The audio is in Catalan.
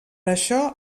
això